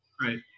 Right